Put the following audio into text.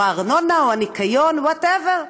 או הארנונה, או הניקיון, whatever.